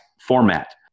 format